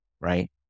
right